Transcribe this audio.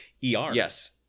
Yes